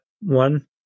one